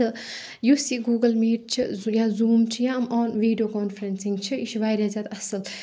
تہٕ یُس یہِ گوٗگَل میٖٹ چھِ یا زوٗم چھِ یا اور آل ویٖڈیو کانفرؠنسِنگ چھِ یہِ چھِ واریاہ زیادٕ اَصل